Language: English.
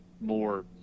more